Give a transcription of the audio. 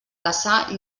caçar